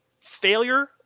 failure